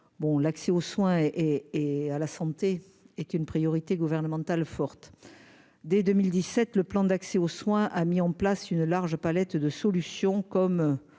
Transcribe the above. l'accès aux soins et à la santé est une priorité gouvernementale forte dès 2017, le plan d'accès aux soins, a mis en place une large palette de solutions comme